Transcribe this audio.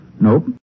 Nope